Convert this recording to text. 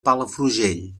palafrugell